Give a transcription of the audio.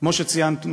כמו שציינתי,